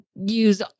use